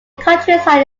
countryside